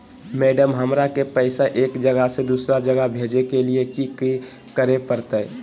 Madam, हमरा के पैसा एक जगह से दुसर जगह भेजे के लिए की की करे परते?